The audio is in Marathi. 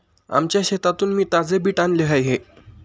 आमच्या शेतातून मी ताजे बीट आणले आहे